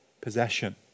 possession